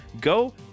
go